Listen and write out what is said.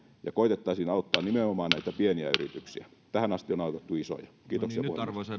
ja koetettaisiin auttaa nimenomaan näitä pieniä yrityksiä tähän asti on autettu isoja kiitoksia arvoisa